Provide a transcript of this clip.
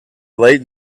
late